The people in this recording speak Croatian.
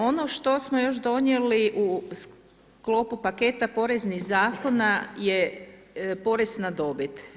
Ono što smo još donijeli u sklopu paketa poreznih zakona je porez na dobit.